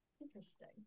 Interesting